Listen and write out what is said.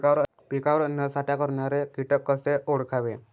पिकावर अन्नसाठा करणारे किटक कसे ओळखावे?